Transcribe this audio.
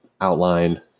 outline